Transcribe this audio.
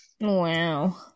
Wow